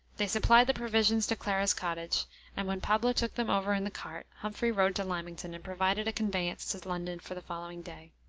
they supplied the provisions to clara's cottage and when pablo took them over in the cart, humphrey rode to lymington and provided a conveyance to london for the following day.